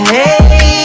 Hey